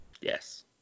yes